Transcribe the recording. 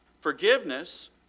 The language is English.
Forgiveness